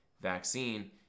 vaccine